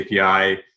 API